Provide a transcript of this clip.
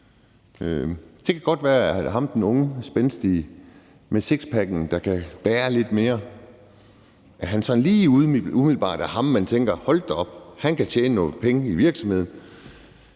Det kan godt være, at ham den unge spændstige med sixpacken, der kan bære lidt mere, lige umiddelbart er ham, hvor man tænker: Hold da op, han kan tjene nogle penge ind i virksomheden.